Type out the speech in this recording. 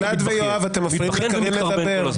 גלעד ויואב, אתם מפריעים ליואב לדבר.